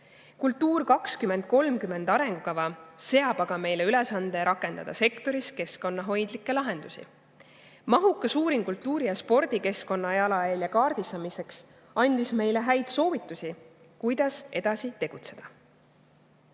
"Kultuur 2030" arengukava seab aga meile ülesande rakendada sektoris keskkonnahoidlikke lahendusi. Mahukas uuring kultuuri- ja spordikeskkonna jalajälje kaardistamiseks andis meile häid soovitusi, kuidas edasi tegutseda.